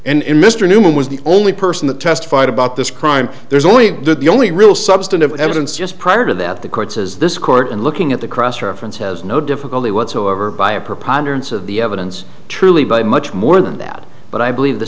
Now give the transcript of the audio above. and mr newman was the only person that testified about this crime there's only did the only real substantive evidence just prior to that the court says this court in looking at the cross reference has no difficulty whatsoever by a patterns of the evidence truly buy much more than that but i believe the